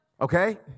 okay